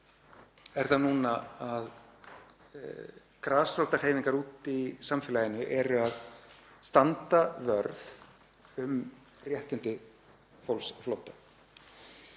er það núna að grasrótarhreyfingar úti í samfélaginu eru að standa vörð um réttindi fólks á flótta